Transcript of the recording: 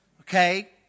Okay